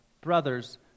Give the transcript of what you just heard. Brothers